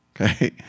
okay